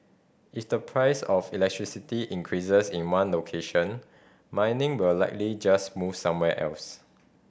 is the price of electricity increases in one location mining will likely just move somewhere else